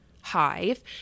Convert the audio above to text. hive